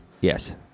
Yes